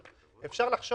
אז אם אתה מתחיל